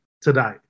today